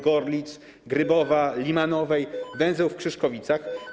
Gorlic, Grybowa i Limanowej, węzeł w Krzyszkowicach.